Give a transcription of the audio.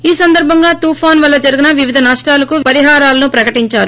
ఈ సందర్భంగా తుపాను వల్ల జరిగిన వివిధ నష్టాలకు పరిహారాను ప్రకటించారు